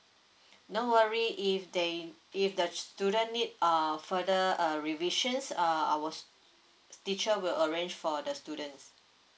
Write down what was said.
no worry if they if the student need err further err revisions uh our teacher will arrange for the students